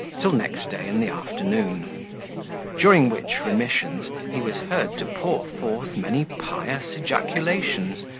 till next day in the afternoon during which remissions, he was heard to pour forth many pious ejaculations,